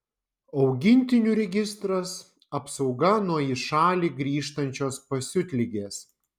augintinių registras apsauga nuo į šalį grįžtančios pasiutligės